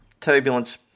Turbulence